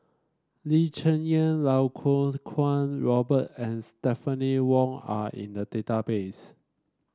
Lee Cheng Yan Lau Kuo Kwong Robert and Stephanie Wong are in the database